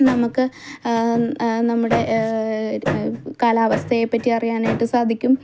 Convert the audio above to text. നമുക്ക് നമ്മുടെ കാലാവസ്ഥയെപ്പറ്റി അറിയാൻ ആയിട്ട് സാധിക്കും